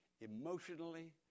emotionally